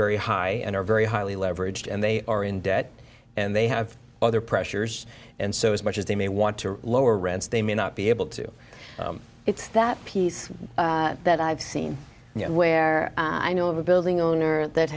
very high and are very highly leveraged and they are in debt and they have other pressures and so as much as they may want to lower rents they may not be able to get that piece that i've seen where i know of a building owner that